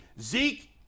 Zeke